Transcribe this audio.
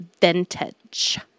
vintage